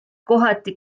kohati